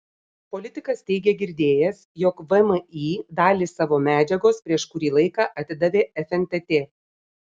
politikas teigė girdėjęs jog vmi dalį savo medžiagos prieš kurį laiką atidavė fntt